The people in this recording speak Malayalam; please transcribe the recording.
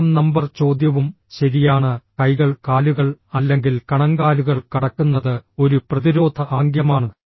ആറാം നമ്പർ ചോദ്യവും ശരിയാണ് കൈകൾ കാലുകൾ അല്ലെങ്കിൽ കണങ്കാലുകൾ കടക്കുന്നത് ഒരു പ്രതിരോധ ആംഗ്യമാണ്